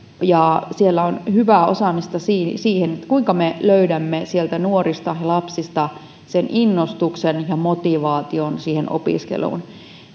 ja täällä on hyvää osaamista kuinka me löydämme nuorista ja lapsista innostuksen ja motivaation siihen opiskeluun